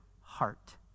heart